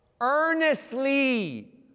Earnestly